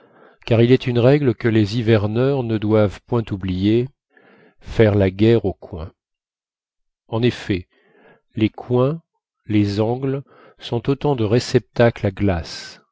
car il est une règle que les hiverneurs ne doivent point oublier faire la guerre aux coins en effet les coins les angles sont autant de réceptacles à glaces